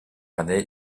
année